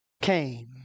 came